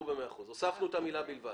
הוספנו את המילה "בלבד".